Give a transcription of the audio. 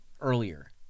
Earlier